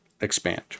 expand